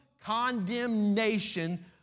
condemnation